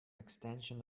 extension